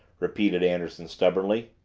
repeated anderson stubbornly.